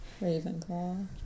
Ravenclaw